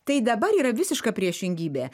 tai dabar yra visiška priešingybė